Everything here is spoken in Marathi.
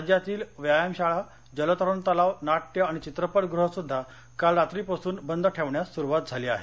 राज्यातील व्यायामशाळा जलतरण तलाव नाट्य आणि चित्रपटगृहंसुद्धा काल रात्रीपासून बंद ठेवण्यास सुरुवात झाली आहे